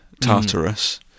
Tartarus